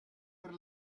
per